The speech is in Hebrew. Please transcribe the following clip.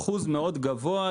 אחוז גבוה מאוד,